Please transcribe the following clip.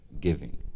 Giving